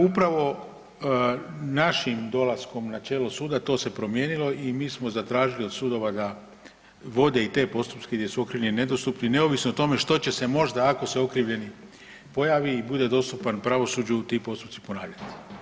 Upravo našim dolaskom na čelo suda to se promijenilo i mi smo zatražili od sudova da vode i te postupke gdje su okrivljeni nedostupni neovisno o tome što će se možda ako se okrivljeni pojavi i bude dostupan pravosuđu ti postupci ponavljati.